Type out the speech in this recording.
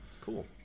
Cool